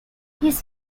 his